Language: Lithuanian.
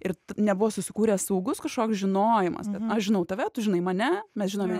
ir nebuvo susikūręs saugus kažkoks žinojimas kad aš žinau tave tu žinai mane mes žinome